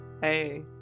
hey